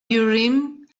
urim